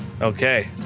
Okay